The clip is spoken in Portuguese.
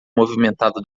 movimentado